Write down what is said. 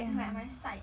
it's like my psych~